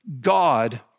God